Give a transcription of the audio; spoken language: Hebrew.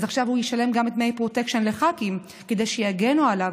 אז עכשיו הוא ישלם גם דמי פרוטקשן לח"כים כדי שיגנו עליו,